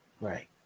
Right